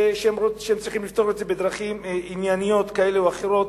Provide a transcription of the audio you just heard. שהם צריכים לפתור את זה בדרכים ענייניות כאלה או אחרות,